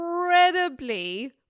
incredibly